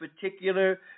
particular